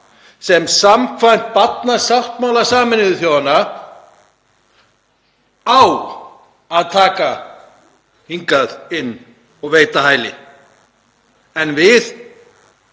sem samkvæmt barnasáttmála Sameinuðu þjóðanna á að taka hingað inn og veita hæli. En við